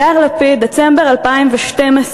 יאיר לפיד, דצמבר 2012,